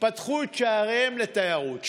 פתחו את שעריהן לתיירות,